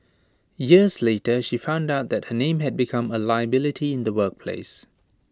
years later she found out that her name had become A liability in the workplace